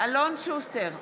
אלון שוסטר,